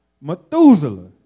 Methuselah